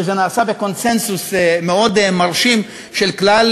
שזה נעשה בקונסנזוס מאוד מרשים של כלל